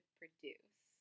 produce